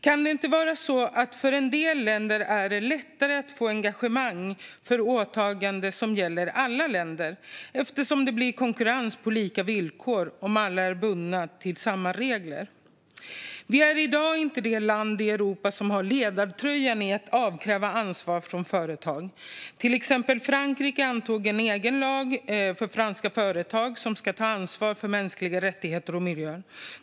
Kan det inte vara så att det för en del länder är lättare att få engagemang i fråga om åtaganden som gäller alla länder, eftersom det blir konkurrens på lika villkor om alla är bundna till samma regler? Sverige är i dag inte det land i Europa som har ledartröjan när det gäller att avkräva ansvar från företag. Frankrike har till exempel antagit en egen lag för att franska företag ska ta ansvar för mänskliga rättigheter och miljön.